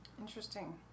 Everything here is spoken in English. Interesting